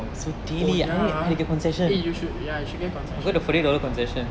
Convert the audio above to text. oh ya you should ya you should get concession